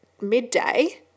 Midday